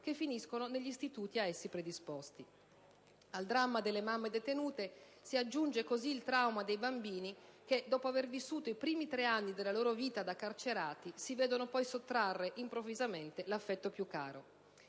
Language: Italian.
che finiscono negli istituti a essi predisposti. Al dramma delle mamme detenute si aggiunge così il trauma dei bambini che, dopo aver vissuto i primi tre anni della loro vita da carcerati, si vedono poi sottrarre improvvisamente l'affetto più caro.